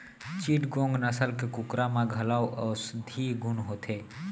चिटगोंग नसल के कुकरा म घलौ औसधीय गुन होथे